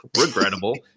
Regrettable